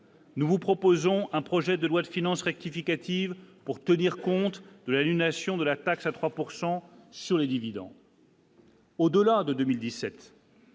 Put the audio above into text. nous vous proposons un projet de loi de finances rectificative pour tenir compte de l'aliénation de la taxe à 3 pourcent sur les dividendes. Au-delà de 2017.